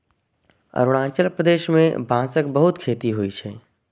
अरुणाचल प्रदेश मे बांसक बहुत खेती होइ छै